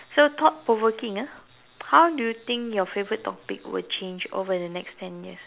so thought provoking ah how do you think your favourite topic would change over the next ten years